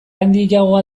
handiagoa